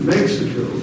Mexico